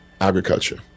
Agriculture